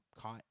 caught